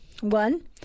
One